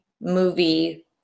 movie